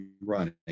running